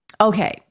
Okay